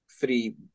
three